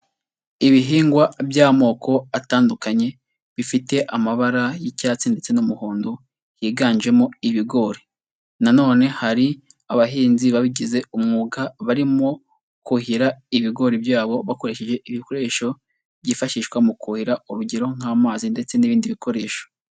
Ibihingwa by'amoko atandukanye bifite amabara y'icyatsi ndetse n'umuhondo, higanjemo ibigori na none hari abahinzi babigize umwuga, barimo kuhira ibigori byabo bakoresheje ibikoresho byifashishwa mu kuhira urugero nk'amazi ndetse n'ibindi bikoresho.